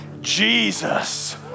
Jesus